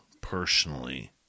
personally